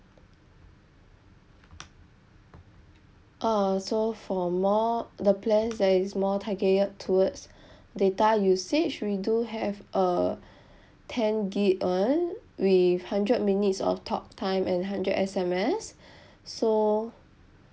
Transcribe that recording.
ah so for more the plans that is more targeted towards data usage we do have uh ten gig one with hundred minutes of talk time and hundred S_M_S so